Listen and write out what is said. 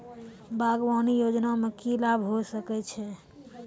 बागवानी योजना मे की लाभ होय सके छै?